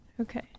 Okay